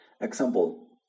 Example